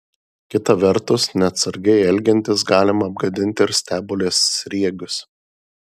kita vertus neatsargiai elgiantis galima apgadinti ir stebulės sriegius